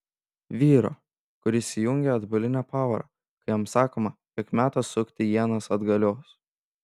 vyro kuris įjungia atbulinę pavarą kai jam sakoma jog metas sukti ienas atgalios